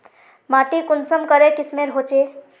माटी कुंसम करे किस्मेर होचए?